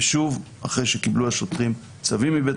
ושוב אחרי שקיבלו השוטרים צווים מבית